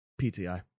PTI